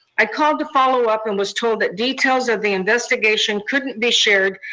i called to follow up and was told that details of the investigation couldn't be shared,